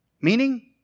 Meaning